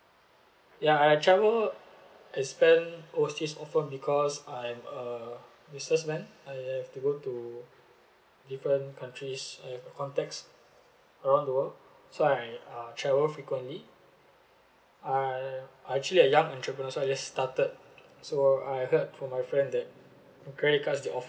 ya I travel and spend overseas often because I'm a business man I have to work to different countries I have uh contacts around the world so I uh travel frequently I I'm actually a young entrepreneur so I just started so I heard from my friend that credit cards they